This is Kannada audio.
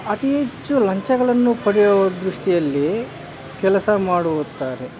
ಅತಿ ಹೆಚ್ಚು ಲಂಚಗಳನ್ನು ಪಡೆಯುವ ದೃಷ್ಟಿಯಲ್ಲಿ ಕೆಲಸ ಮಾಡುತ್ತಾರೆ